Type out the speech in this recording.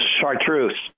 Chartreuse